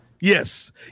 Yes